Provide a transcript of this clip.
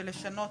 ולשנות,